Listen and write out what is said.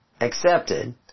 accepted